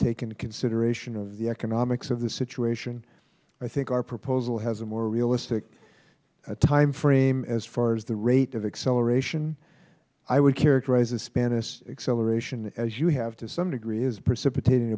take into consideration the economics of the situation i think our proposal has a more realistic time frame as far as the rate of acceleration i would characterize the spanish acceleration as you have to some degree as precipitating